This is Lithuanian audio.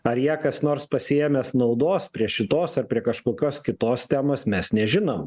ar ją kas nors pasiėmęs naudos prie šitos ar prie kažkokios kitos temos mes nežinom